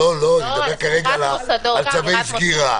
אני מדבר כרגע על צווי סגירה.